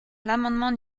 l’amendement